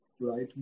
right